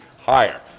higher